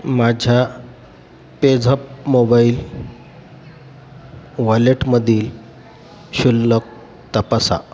माझ्या PayZapp mobile वॉलेटमधील शिल्लक तपासा